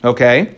Okay